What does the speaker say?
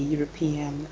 European